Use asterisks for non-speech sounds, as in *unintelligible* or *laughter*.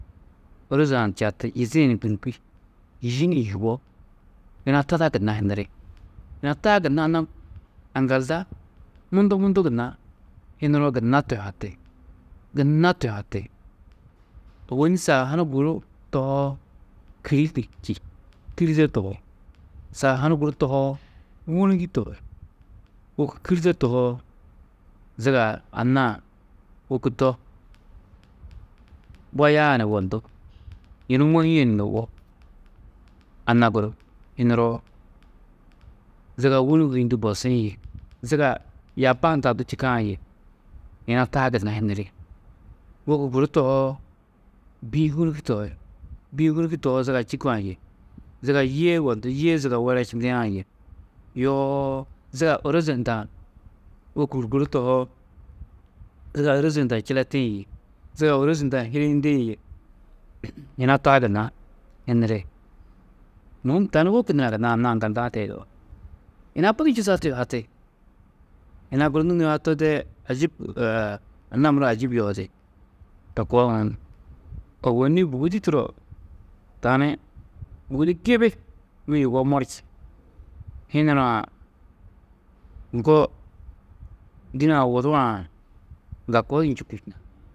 Ôroze-ã čati, yizi-ĩ ni gûrbi, yî ni yugó, yina tada gunna hiniri, yina taa gunna anna, aŋgalda mundu, mundu gunna hiniroo gunna tuyuhati. Gunna tuyuhati, ôwonni sagahunu guru tohoo, *unintelligible* čî. Kîride *unintelligible* sagahunu guru tohoo, wûnigi tohi, wôku kîride tohoo, zuga anna-ã wôku to boyaa ni yugondú, yunu mohîe yugó, anna guru hiniroo, zuga wûni hûyundu bosĩ yê zuga yaaba hunda du čîkã yê yina taa gunna hiniri. Wôku guru tohoo, bî-ĩ wûnigi tohi, bî-ĩ wûnigi tohoo, zuga čîkã yê zuga yîe yugondú yîe zuga werečindiã yê yoo zuga ôroze hundã wôku guru tohoo, zuga ôroze hundã čiletĩ yê zuga ôrozi hundã hiliyindĩ yê *noise* yina taa gunna hiniri. Mûhum tani wôku nurã gunna anna aŋgalda-ã teido. Yina budi čûsa tuyuhati, yina guru nû nuhaturoo dee ajîb, *hesitation* anna-ã muro ajîb yohidi to koo uũ. Ôwonni bûgudi turo tani bûgudi gibi, nû yugó morči, hinurã ŋgo dîne-ã wudu-ã ŋga koo njûku?.